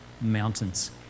mountains